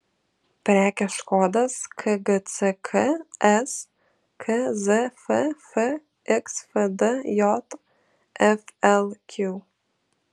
prekės kodas kgck skzf fxfd jflq